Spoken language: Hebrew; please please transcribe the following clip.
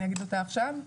אני אומר אותה עכשיו.